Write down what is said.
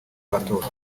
batora